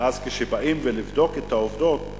ואז כשבאים לבדוק את העובדות,